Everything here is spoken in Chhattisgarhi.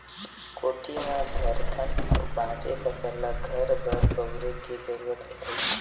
कोठी म धरथन अउ बाचे फसल ल घर बर बउरे के जरूरत होथे